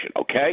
okay